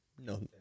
No